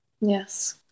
Yes